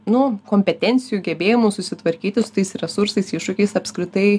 nu kompetencijų gebėjimų susitvarkyti su tais resursais iššūkiais apskritai